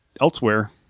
elsewhere